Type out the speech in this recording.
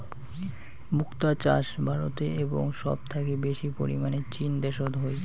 মুক্তা চাষ ভারতে এবং সব থাকি বেশি পরিমানে চীন দ্যাশোত হই